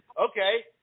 Okay